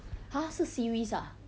!huh! 是 series ah